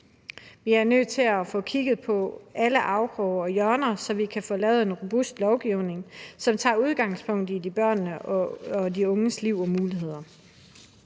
Vi er nødt til at få kigget på alle afkroge og hjørner, så vi kan få lavet en robust lovgivning, som tager udgangspunkt i børnene og de unges liv og muligheder.